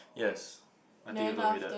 yes I think you told me that